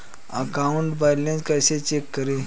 Account balance कैसे check करें?